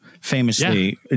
famously